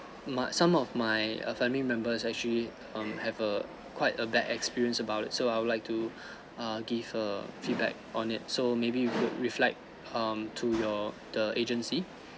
my some of my uh family members actually um have a quite a bad experience about it so I would like to uh give a feedback on it so maybe you could reflect um to your the agency